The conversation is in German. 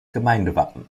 gemeindewappen